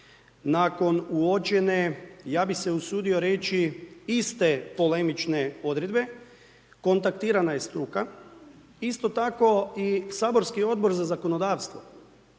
nakon uočene, ja bi se usudio reći iste polemične odredbe konstatirana je struka, isto tako i saborski Odbor za zakonodavstvo,